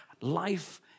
Life